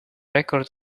record